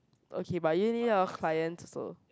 okay but you need a lot of clients also